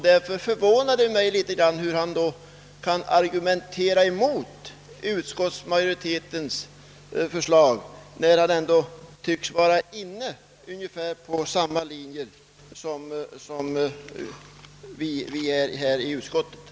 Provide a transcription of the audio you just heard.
Därför förvånar det mig att han kan argumentera mot utskottsmajoritetens förslag, när herr Allard i stället borde talat för en utredning.